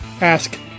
ask